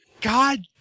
God